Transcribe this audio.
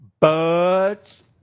birds